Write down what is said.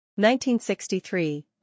1963